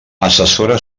assessora